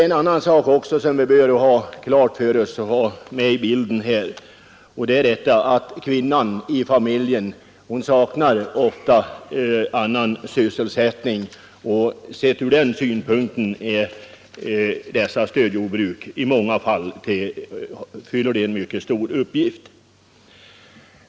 En sak som vi bör ha med i bilden är att kvinnan i familjen ofta saknar annan sysselsättning än arbetet i jordbruket, och sett ur den synpunkten fyller dessa stödjordbruk en mycket stor uppgift.